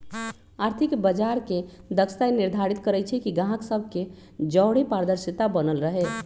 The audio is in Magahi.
आर्थिक बजार के दक्षता ई निर्धारित करइ छइ कि गाहक सभ के जओरे पारदर्शिता बनल रहे